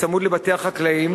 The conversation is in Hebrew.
צמוד לבתי החקלאים,